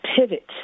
pivot